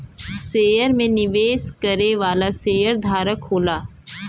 share में निवेश करे वाला शेयरधारक होला